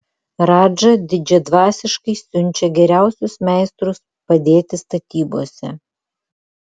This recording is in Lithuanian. radža didžiadvasiškai siunčia geriausius meistrus padėti statybose